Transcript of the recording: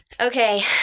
Okay